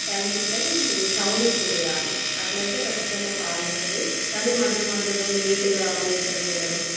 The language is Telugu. టైం టు టైం తవుడు ఎక్కువ వెయాలి అట్లా అయితే ఖచ్చితంగా పాలు ఇస్తాయి కానీ మధ్య మధ్యలో లేటుగా మేత వెయ్యడము